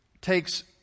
takes